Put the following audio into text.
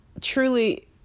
truly